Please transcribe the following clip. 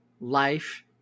life